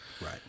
Right